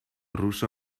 ruso